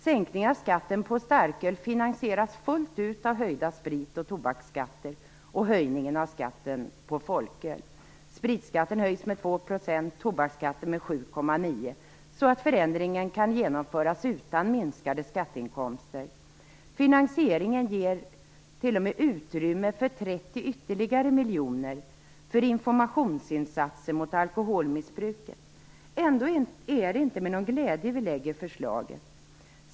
Sänkningen av skatten på starköl finansieras fullt ut av höjda sprit och tobakskatter och höjningen av skatten på folköl. Spritskatten höjs med 2 %, tobakskatten med 7,9 % så att förändringen kan genomföras utan minskade skatteinkomster. Finansieringen ger t.o.m. utrymme för ytterligare 30 miljoner för informationsinsatser mot alkoholmissbruket. Ändå är det inte med någon glädje vi lägger fram förslagen.